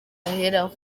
baheraho